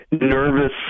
nervous